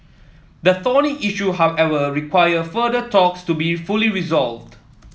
the thorny issue however require further talks to be fully resolved